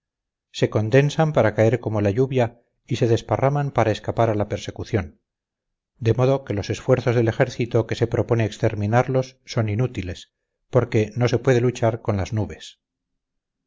se condensan para caer como la lluvia y se desparraman para escapar a la persecución de modo que los esfuerzos del ejército que se propone exterminarlos son inútiles porque no se puede luchar con las nubes